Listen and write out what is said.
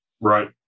Right